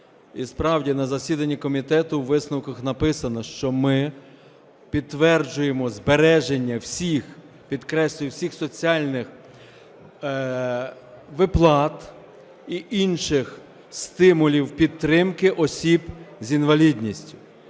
і справді на засіданні комітету у висновках написано, що ми підтверджуємо збереження всіх, підкреслюю, всіх соціальних виплат і інших стимулів підтримки осіб з інвалідністю.